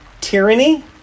tyranny